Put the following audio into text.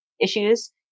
issues